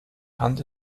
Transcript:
hand